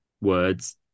words